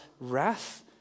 wrath